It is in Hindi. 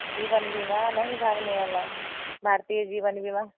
जीवन बीमा नहीं भागने वाला है भारतीय जीवन बीमा